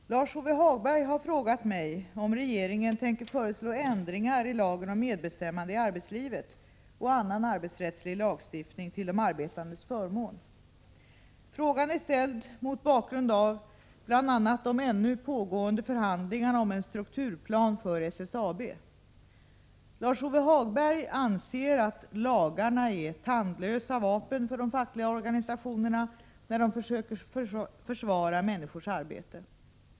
Herr talman! Lars-Ove Hagberg har frågat mig om regeringen tänker föreslå ändringar i lagen om medbestämmande i arbetslivet, MBL, och annan arbetsrättslig lagstiftning till de arbetandes förmån. Frågan är ställd mot bakgrund av bl.a. de ännu pågående förhandlingarna om en strukturplan för SSAB. Lars-Ove Hagberg anser att lagarna är tandlösa vapen för de fackliga organisationerna när de försöker försvara människors arbete.